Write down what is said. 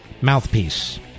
mouthpiece